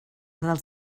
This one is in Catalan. dels